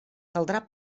caldrà